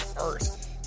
earth